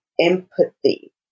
empathy